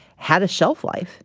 had a shelf life.